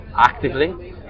actively